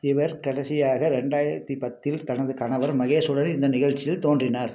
இவர் கடைசியாக ரெண்டாயிரத்தி பத்தில் தனது கணவர் மகேஷூடன் இந்த நிகழ்ச்சியில் தோன்றினார்